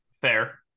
Fair